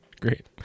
Great